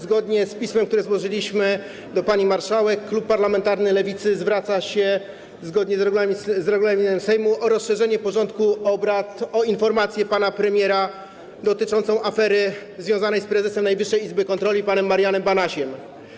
Zgodnie z pismem, które złożyliśmy do pani marszałek, klub parlamentarny Lewicy zwraca się na podstawie regulaminu Sejmu o rozszerzenie porządku obrad o informację pana premiera dotyczącą afery związanej z prezesem Najwyższej Izby Kontroli panem Marianem Banasiem.